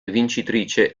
vincitrice